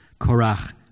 Korach